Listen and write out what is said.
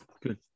Good